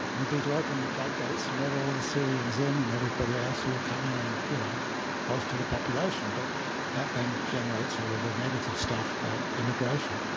would be to open the floodgates and let all of the syrians in and everybody else who will come in and you know bolster the population. but that then generates all of the negative stuff about immigration.